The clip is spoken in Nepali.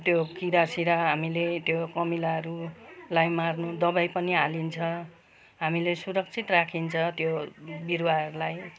त्यो किरा सिरा हामीले त्यो कमिलाहरूलाई मार्नु दबाई पनि हालिन्छ हामीले सुरक्षित राखिन्छ त्यो बिरुवाहरूलाई